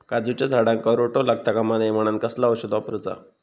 काजूच्या झाडांका रोटो लागता कमा नये म्हनान कसला औषध वापरूचा?